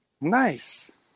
Nice